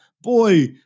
Boy